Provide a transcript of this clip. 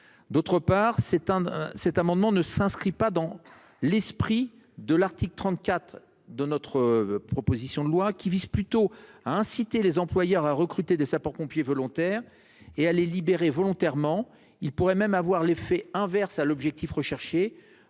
D'autre part s'éteindre cet amendement ne s'inscrit pas dans l'esprit de l'article 34 de notre proposition de loi qui vise plutôt à inciter les employeurs à recruter des sapeurs-pompiers volontaires et à les libérer volontairement il pourrait même avoir l'effet inverse à l'objectif recherché